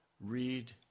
Read